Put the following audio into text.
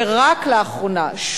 ורק לאחרונה,